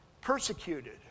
persecuted